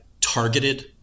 targeted